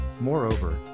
Moreover